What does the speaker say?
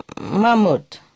Mahmud